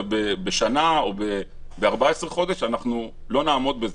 בשנה או ב-14 חודש אנחנו לא נעמוד בזה.